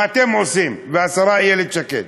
מה אתם עושים, והשרה איילת שקד,